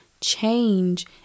Change